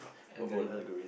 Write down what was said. algorithm